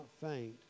faint